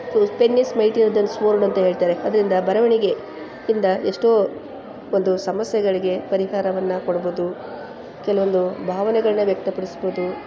pen is mightier than sword ಅಂತ ಹೇಳ್ತಾರೆ ಅದರಿಂದ ಬರವಣಿಗೆ ಇಂದ ಎಷ್ಟೋ ಒಂದು ಸಮಸ್ಯೆಗಳಿಗೆ ಪರಿಹಾರವನ್ನು ಕೊಡ್ಬೋದು ಕೆಲವೊಂದು ಭಾವನೆಗಳನ್ನ ವ್ಯಕ್ತಪಡಿಸ್ಬೋದು